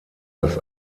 das